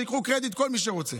שייקח קרדיט כל מי שרוצה,